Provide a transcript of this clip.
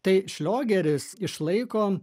tai šliogeris išlaiko